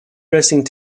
dressing